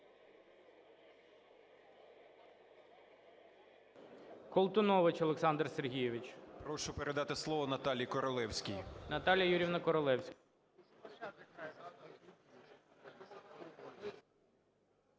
Прошу передати слово Наталії Королевській.